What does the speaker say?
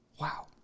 Wow